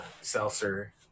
seltzer